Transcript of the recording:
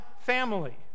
family